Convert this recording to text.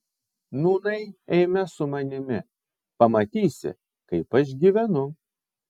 nūnai eime su manimi pamatysi kaip aš gyvenu